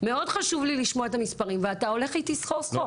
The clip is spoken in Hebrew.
מאוד חשוב לי לשמוע את המספרים ואתה הולך איתי סחור סחור.